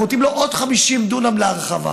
אנחנו נותנים לו עוד 50 דונם להרחבה.